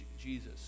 Jesus